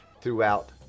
throughout